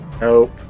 Nope